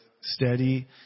steady